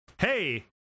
Hey